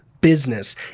business